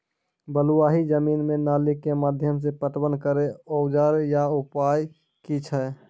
बलूआही जमीन मे नाली के माध्यम से पटवन करै औजार या उपाय की छै?